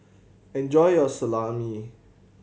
enjoy your Salami